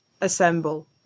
assemble